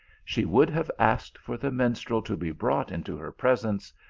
she would have asked for the minstrel to be brought into her presence,